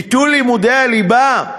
ביטול לימודי הליבה,